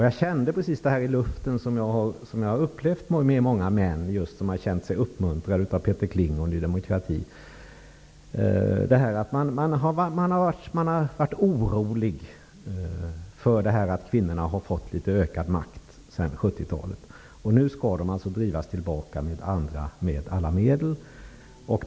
Jag kände i luften något av det som jag har lagt märke till hos många män som uppmuntrats av Peter Kling och Ny demokrati. Man har blivit oroade över att kvinnorna sedan 70 talet har fått litet ökad makt, och nu skall de drivas tillbaka med alla medel.